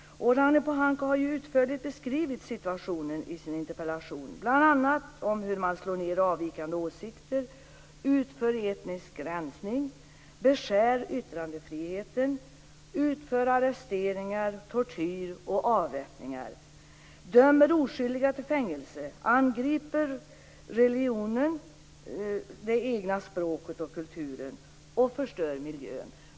Ragnhild Pohanka har i sin interpellation utförligt beskrivit situationen, bl.a. om hur man slår ned på avvikande åsikter, utför etnisk resning, beskär yttrandefriheten, utför arresteringar, torterar och avrättar, dömer oskyldiga till fängelse, angriper religionen, det egna språket och kulturen samt förstör miljön.